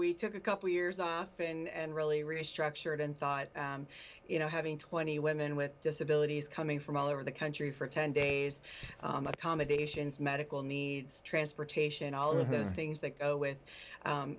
we took a couple years off and really restructured and thought you know having twenty women with disabilities coming from all over the country for ten days accommodations medical needs transportation all of those things that go with